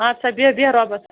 اَد سا بیٚہہ بیٚہہ رۄبَس